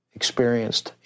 experienced